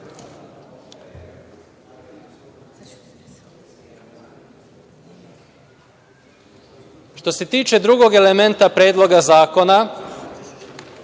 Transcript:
se tiče drugog elementa Predloga zakona,